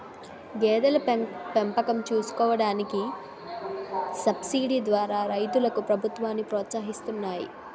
గేదెల పెంపకం చేసుకోడానికి సబసిడీ ద్వారా రైతులను ప్రభుత్వాలు ప్రోత్సహిస్తున్నాయి